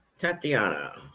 Tatiana